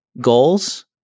goals